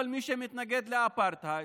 כל מי שמתנגד לאפרטהייד,